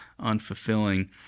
unfulfilling